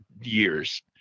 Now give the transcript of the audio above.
years